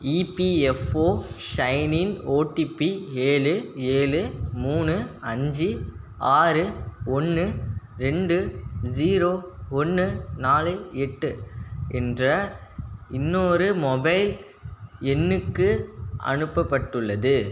EPFO sign in OTP ஏழு ஏழு மூணு அஞ்சு ஆறு ஒன்று ரெண்டு ஸீரோ ஒன்று நாலு எட்டு என்ற இன்னொரு மொபைல் எண்ணுக்கு அனுப்பப்பட்டுள்ளது